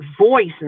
voice